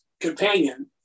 companion